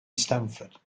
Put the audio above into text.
stamford